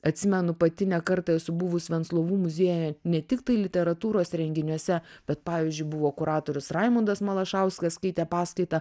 atsimenu pati ne kartą esu buvus venclovų muziejuje ne tiktai literatūros renginiuose bet pavyzdžiui buvo kuratorius raimundas malašauskas skaitė paskaitą